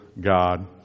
God